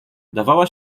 dawała